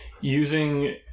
using